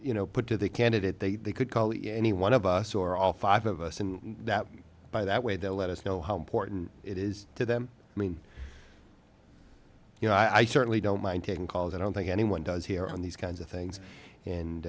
you know put to the candidate they they could call the any one of us or all five of us and that by that way they'll let us know how important it is to them i mean you know i certainly don't mind taking calls i don't think anyone does here on these kinds of things and